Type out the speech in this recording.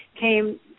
came